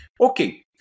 Okay